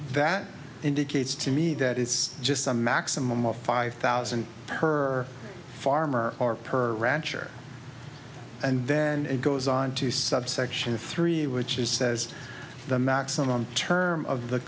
that indicates to me that it's just a maximum of five thousand her farmer or per rancher and then it goes on to subsection three which is says the maximum term of the